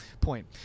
point